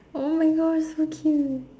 !oh-my-gosh! so cute